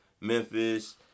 Memphis